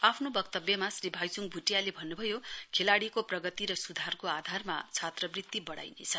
आफ्नो वक्तव्यमा श्री भाइच्ङ भ्टियाले भन्न्भयो खेलाडीको प्रगति र स्धारको आधारमा छात्रवृत्ति बढाउनेछ